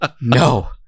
no